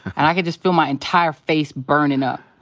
and i could just feel my entire face burnin' up.